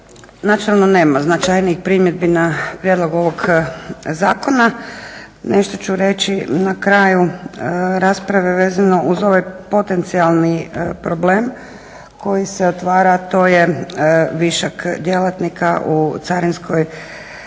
načelno nema značajnijih primjedbi na prijedlog ovog zakona. Nešto ću reći na kraju rasprave vezano uz ovaj potencijalni problem koji se otvara a to je višak djelatnika u carinskoj